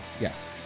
Yes